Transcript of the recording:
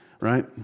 Right